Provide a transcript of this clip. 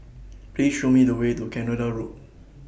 Please Show Me The Way to Canada Road